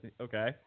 Okay